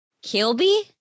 Kilby